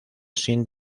sin